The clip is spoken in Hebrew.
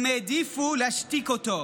הם העדיפו להשתיק אותו.